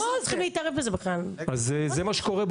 חברי כנסת לא צריכים להתערב בזה בכלל.